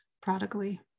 prodigally